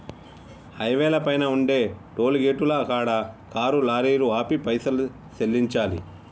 హైవేల పైన ఉండే టోలుగేటుల కాడ కారు లారీలు ఆపి పైసలు సెల్లించాలి